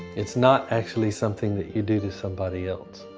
it's not actually something that you do to somebody else.